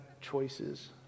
choices